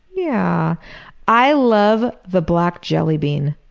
yeah i love the black jelly bean.